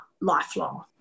lifelong